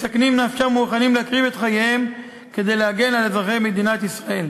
מסכנים נפשם ומוכנים להקריב את חייהם כדי להגן על אזרחי מדינת ישראל.